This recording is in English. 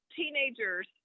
teenagers